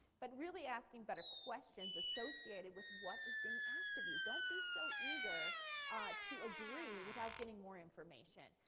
but really asking better questions associated with what is being asked of you. don't be so eager to agree without getting more information.